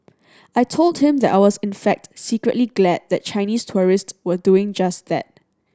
I told him that I was in fact secretly glad that Chinese tourist were doing just that